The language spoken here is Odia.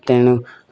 ତେଣୁ